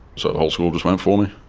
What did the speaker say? so the whole school just went for me.